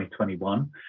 2021